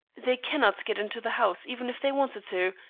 they cannot get into the house even if they wanted to,